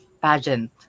pageant